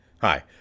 Hi